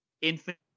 infinite